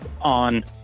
on